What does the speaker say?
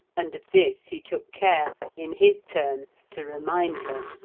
and of this he took care, in his turn, to remind her.